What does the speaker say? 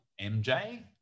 MJ